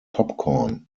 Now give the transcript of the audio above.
popcorn